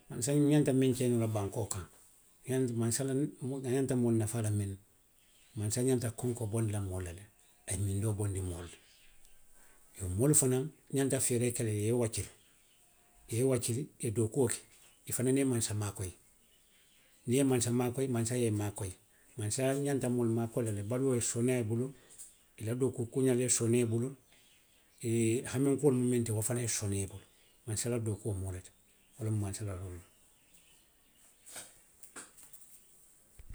Mansa ňanta miŋ ke noo la bankoo kaŋ, ňaŋ, mansa, la, a ňanta moolu nafaa la miŋ na. Mansa ňanta konkoo bondi la moolu la le, a ye mindoo bondi moolu la. Iyoo. moolu fanaŋ ňanta feeree ke la le i ye i wakkili, i ye i wakkili, i ye dookuo ke. I fanaŋ ye mansa maakoyi. Niŋ i ye mansa maakoyi. mansa ye i maakoyi. Mansa ňanta moolu maakoyi la le baluo ye sooneyaa i bulu, i la dookuu kuuňaalu ye sooneyaa i bulu, i hanmeekuolu mu minnu ti wo fanaŋ ye sooneyaa i ma. Mansa la dookuo mu wo le ti, wo loŋ mansa la dookuo ti.